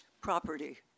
Property